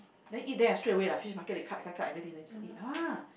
then eat there straight away lah Fish Market they cut cut everything and just eat !wah!